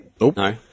No